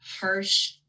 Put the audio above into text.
harsh